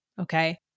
okay